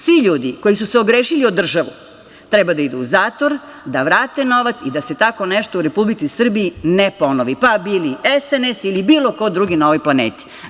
Svi ljudi koji su se ogrešili o državu treba da idu zatvor, da vrate novac i da se tako nešto u Republici Srbiji ne ponovi, pa bili SNS ili bilo ko drugi na ovoj planeti.